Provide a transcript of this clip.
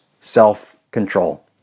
self-control